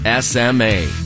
SMA